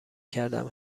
کردهام